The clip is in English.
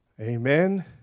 Amen